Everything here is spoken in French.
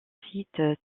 site